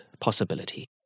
possibility